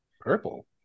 Purple